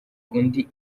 undi